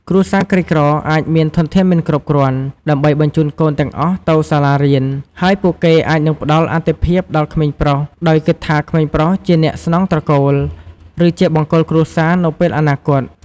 គ្រួសារក្រីក្រអាចមានធនធានមិនគ្រប់គ្រាន់ដើម្បីបញ្ជូនកូនទាំងអស់ទៅសាលារៀន ហើយពួកគេអាចនឹងផ្តល់អាទិភាពដល់ក្មេងប្រុស ដោយគិតថាក្មេងប្រុសជាអ្នកស្នងត្រកូល ឬជាបង្គោលគ្រួសារនៅពេលអនាគត។